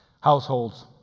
Households